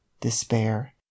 despair